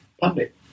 public